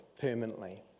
permanently